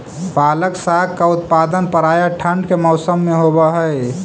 पालक साग का उत्पादन प्रायः ठंड के मौसम में होव हई